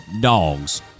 dogs